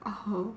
oh